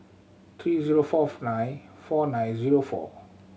three zero fourth nine four nine zero four